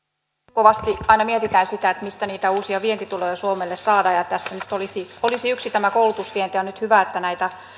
kovasti aina mietitään sitä mistä niitä uusia vientituloja suomelle saadaan ja tässä nyt olisi yksi tämä koulutusvienti on nyt hyvä että näitä